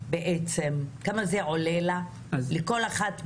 כמה זה עולה לכל אחת מאיתנו?